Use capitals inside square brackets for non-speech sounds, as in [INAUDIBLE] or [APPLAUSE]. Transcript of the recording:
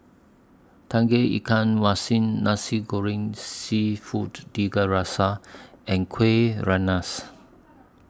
Tauge Ikan [UNINTELLIGIBLE] Nasi Goreng Seafood Tiga Rasa and Kueh Rengas